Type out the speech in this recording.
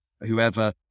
whoever